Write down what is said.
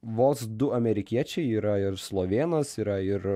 vos du amerikiečiai yra ir slovėnas yra ir